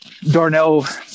Darnell